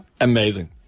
Amazing